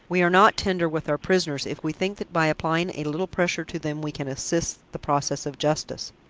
we are not tender with our prisoners, if we think that by applying a little pressure to them we can assist the process of justice.